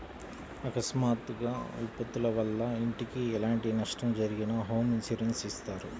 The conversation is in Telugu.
అకస్మాత్తుగా విపత్తుల వల్ల ఇంటికి ఎలాంటి నష్టం జరిగినా హోమ్ ఇన్సూరెన్స్ ఇత్తారు